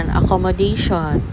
accommodation